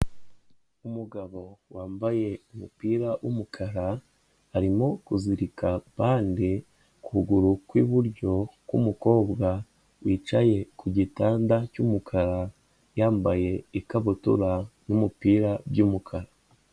Umugabo wambaye umupira w'umukara, arimo kuzirika bande ukuguru kw'iburyo k'umukobwa wicaye ku gitanda cy'umukara, yambaye ikabutura n'umupira by'umukara.